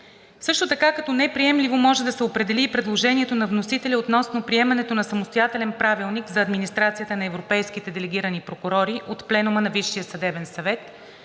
Също така като неприемливо може да се определи и предложението на вносителя относно приемането на самостоятелен правилник за администрацията на европейските делегирани прокурори от Пленума на Висшия съдебен съвет,